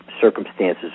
circumstances